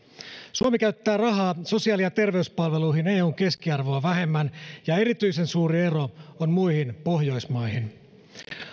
suomi käyttää rahaa sosiaali ja terveyspalveluihin eun keskiarvoa vähemmän ja erityisen suuri ero on muihin pohjoismaihin